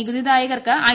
നികുതിദായകർക്ക് I